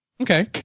Okay